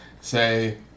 say